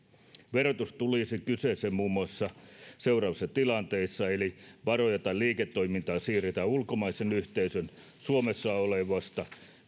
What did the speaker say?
verotus tulisi kyseeseen muun muassa seuraavissa tilanteissa varoja tai liiketoimintaa siirretään ulkomaisen yhteisön suomessa olevasta